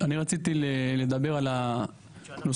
אני רציתי לדבר על הנושא,